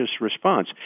response